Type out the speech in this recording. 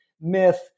myth